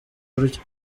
buryo